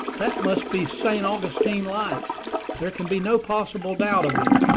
that must be st. augustine light there can be no possible doubt of it.